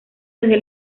desde